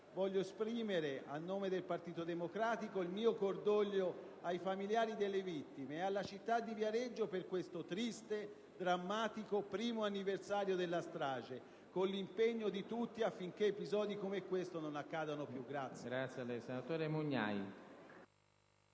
voglio esprimere a nome del Gruppo del Partito Democratico il mio cordoglio ai familiari delle vittime ed alla città di Viareggio per questo triste, drammatico primo anniversario della strage, con l'impegno di tutti perché episodi come questo non accadano più.